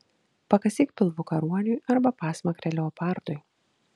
pakasyk pilvuką ruoniui arba pasmakrę leopardui